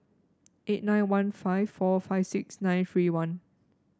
eight nine one five four five six nine three one